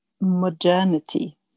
modernity